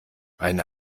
eine